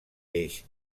peix